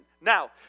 Now